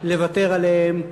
לוותר עליהם.